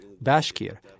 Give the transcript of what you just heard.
Bashkir